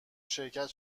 شرکت